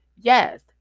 Yes